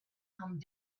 come